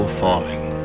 falling